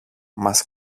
μας